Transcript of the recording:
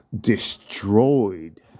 destroyed